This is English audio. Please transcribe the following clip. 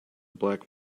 black